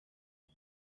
and